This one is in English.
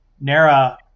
NARA